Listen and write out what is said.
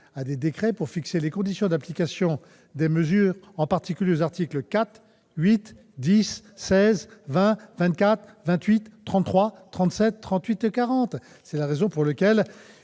à des décrets pour fixer les conditions d'application des mesures, en particulier aux articles 4, 8, 10, 16, 20, 24, 28, 33, 37, 38 et 40. Je croyais que